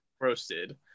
Roasted